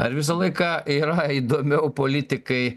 ar visą laiką yra įdomiau politikai